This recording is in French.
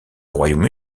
royaume